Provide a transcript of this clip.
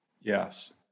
Yes